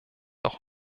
auch